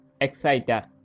exciter